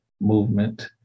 movement